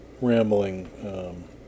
rambling